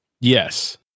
Yes